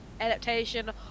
adaptation